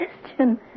question